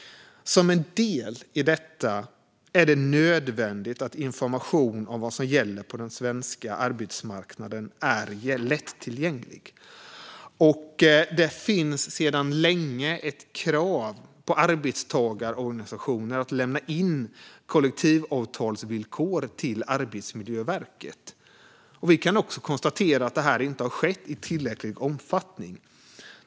Som en del i detta är det nödvändigt att information om vad som gäller på den svenska arbetsmarknaden är lättillgänglig. Det finns sedan länge ett krav på arbetstagarorganisationer att lämna in kollektivavtalsvillkor till Arbetsmiljöverket. Vi kan också konstatera att detta inte har skett i tillräcklig omfattning.